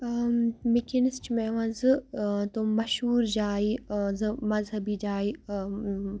وٕنکیٚنَس چھِ مےٚ یِوان زٕ تِم مَشہوٗر جایہِ زٕ مَذہبی جایہِ